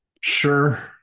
Sure